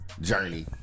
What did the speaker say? Journey